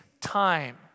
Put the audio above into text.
time